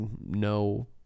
no